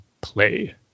play